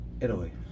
Italy